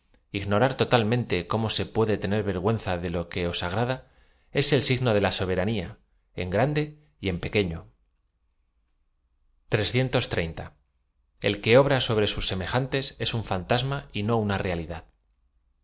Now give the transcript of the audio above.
ignorar totalmente cómo se pue de tener vergüenza de lo que os agrada ea el signo de la soberanía en grande y enpeqaefio que obra sobre sus semejantes es un fantasma y no una realidad